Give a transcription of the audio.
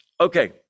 Okay